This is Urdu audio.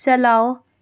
چلاؤ